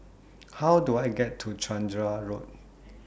How Do I get to Chander Road